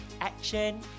action